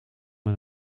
met